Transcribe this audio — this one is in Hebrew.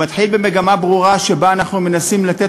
שמתחיל במגמה ברורה שבה אנחנו מנסים לתת